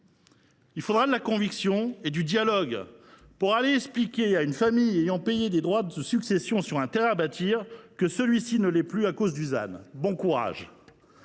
Il faudra de la conviction et du dialogue pour expliquer à une famille ayant payé des droits de succession sur un terrain à bâtir que celui ci n’est plus constructible à cause du ZAN : bon courage !